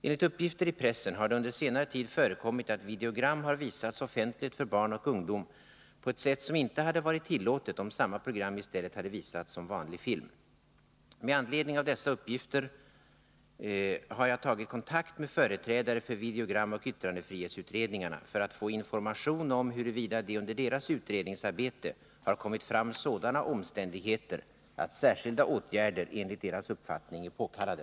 Enligt uppgifter i pressen har det under senare tid förekommit att videogram har visats offentligt för barn och ungdom på ett sätt som inte hade varit tillåtet om samma program i stället hade visats som vanlig film. Med anledning av dessa uppgifter har jag tagit kontakt med företrädare för videogramoch yttrandefrihetsutredningarna för att få information om huruvida det under deras utredningsarbete har kommit fram sådana omständigheter att särskilda åtgärder enligt deras uppfattning är påkallade.